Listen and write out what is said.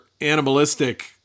animalistic